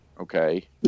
Okay